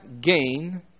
gain